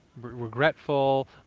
regretful